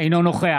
אינו נוכח